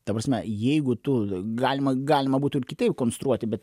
ta prasme jeigu tu galima galima būtų ir kitaip konstruoti bet